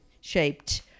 shaped